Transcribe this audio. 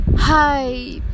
hi